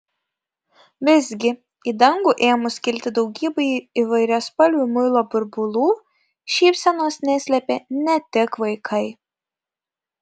vis gi į dangų ėmus kilti daugybei įvairiaspalvių muilo burbulų šypsenos neslėpė ne tik vaikai